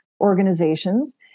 organizations